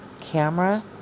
camera